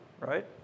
right